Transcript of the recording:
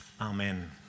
amen